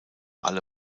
alle